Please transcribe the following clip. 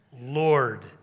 lord